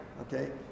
okay